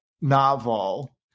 novel